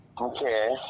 Okay